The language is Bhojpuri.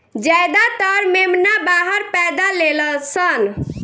ज्यादातर मेमना बाहर पैदा लेलसन